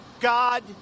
God